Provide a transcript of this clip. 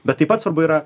bet taip pat svarbu yra